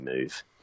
move